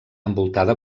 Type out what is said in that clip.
envoltada